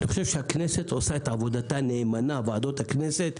אני חושב שהכנסת עושה עבודתה נאמנה ועדות הכנסת - במקצועיות,